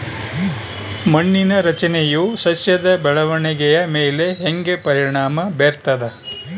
ಮಣ್ಣಿನ ರಚನೆಯು ಸಸ್ಯದ ಬೆಳವಣಿಗೆಯ ಮೇಲೆ ಹೆಂಗ ಪರಿಣಾಮ ಬೇರ್ತದ?